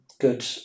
good